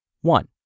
One